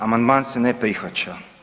Amandman se ne prihvaća.